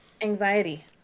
anxiety